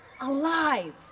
alive